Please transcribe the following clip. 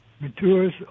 matures